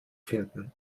finden